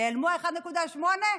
נעלמו ה-1.8%,